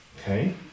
Okay